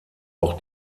auch